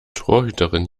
torhüterin